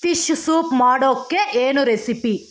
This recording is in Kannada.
ಫಿಶ್ ಸೂಪ್ ಮಾಡೋಕ್ಕೆ ಏನು ರೆಸಿಪಿ